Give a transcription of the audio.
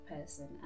person